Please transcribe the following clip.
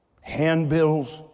handbills